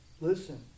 listen